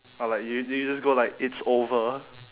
or like y~ you just go like it's over